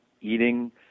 eating